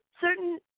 certain